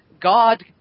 God